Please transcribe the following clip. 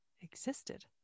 existed